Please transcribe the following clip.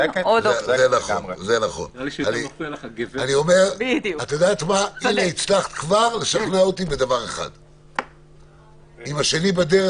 לכן אני חושב שכדאי שנשמע אחד את השני,